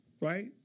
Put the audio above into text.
right